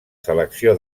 selecció